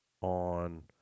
on